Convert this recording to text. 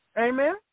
Amen